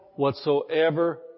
Whatsoever